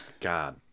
God